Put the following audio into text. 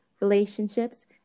relationships